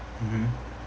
mmhmm